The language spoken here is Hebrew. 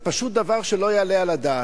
זה פשוט דבר שלא יעלה על הדעת.